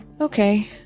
Okay